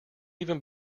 even